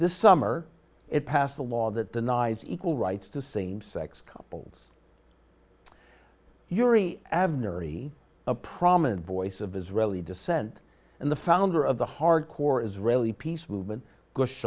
this summer it passed a law that denies equal rights to same sex couples yuri avnery a prominent voice of israeli descent and the founder of the hard core israeli peace movement b